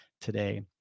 today